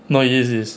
no it is it is